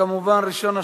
וכמובן ראשון השואלים,